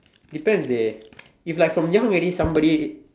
depends dey if like from young already somebody